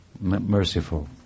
merciful